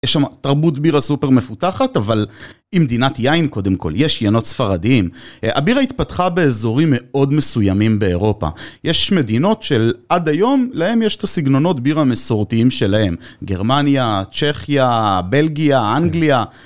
יש שם תרבות בירה סופר מפותחת, אבל היא מדינת יין קודם כל, יש ינות ספרדיים. הבירה התפתחה באזורים מאוד מסוימים באירופה. יש מדינות של עד היום, להן יש את הסגנונות בירה המסורתיים שלהן. גרמניה, צ'כיה, בלגיה, אנגליה.